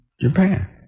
Japan